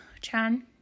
Chan